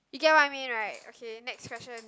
you get what I mean right okay next question